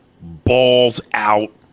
balls-out